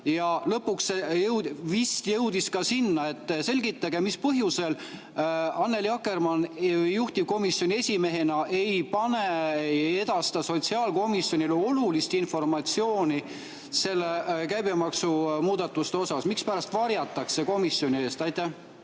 ja lõpuks see vist jõudis ka sinna. Selgitage, mis põhjusel Annely Akkermann juhtivkomisjoni esimehena ei edasta sotsiaalkomisjonile olulist informatsiooni nende käibemaksumuudatuste kohta. Mispärast seda varjatakse komisjonide eest? Aitäh!